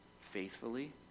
Faithfully